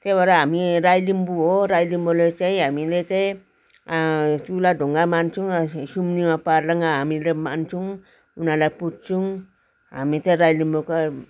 त्यो भएर हामी राई लिम्बू हो राई लिम्बूले चाहिँ हामीले चाहिँ चुल्हा ढुङ्गा मान्छौँ सुम्निमा पारुहाङ हामीले मान्छौँ उनीहरूलाई पूजछौँ हामी त राई लिम्बूको